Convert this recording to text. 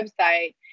website